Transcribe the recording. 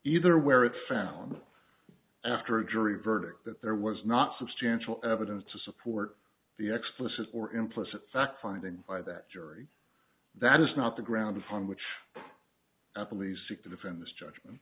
either where it found after a jury verdict that there was not substantial evidence to support the explanation or implicit fact finding by that jury that is not the ground upon which the police seek to defend this judgment